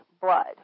blood